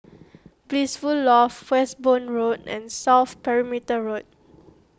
Blissful Loft Westbourne Road and South Perimeter Road